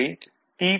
எனவே டி